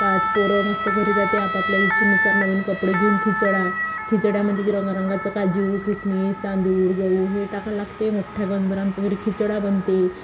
पाच पोरं मस्त घरी जाते आपापल्या इच्छेनुसार नवीन कपडे घेऊन खिचडा खिचड्या म्हणजे की रंग रंगाचं काजू खिसमिस तांदूळ गहू हे टाकाव लागते मोठ्ठ्या गंजबर आमच्या घरी खिचडा बनते